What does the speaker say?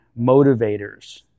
motivators